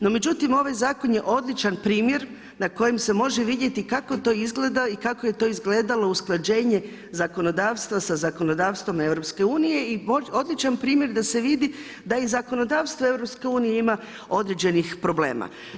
No međutim ovaj zakon je odličan primjer na kojem se može vidjeti kako to izgleda i kako je to izgledalo usklađenje zakonodavstva sa zakonodavstvom EU-a i odličan primjer da se vidi da i zakonodavstvo EU-a ima određenih problema.